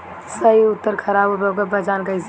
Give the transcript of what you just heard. सही अउर खराब उर्बरक के पहचान कैसे होई?